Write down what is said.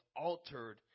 altered